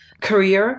career